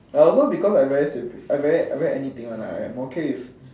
I also because I very I very anything one ah I okay with